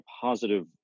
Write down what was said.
positive